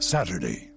Saturday